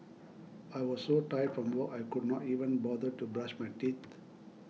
I was so tired from work I could not even bother to brush my teeth